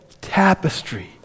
tapestry